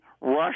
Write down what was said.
Russia